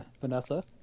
Vanessa